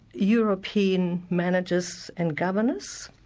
european managers and governors,